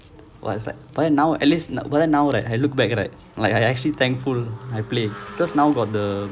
like it's like but then now at least not but then now I look back right like I'm actually thankful I played because now got the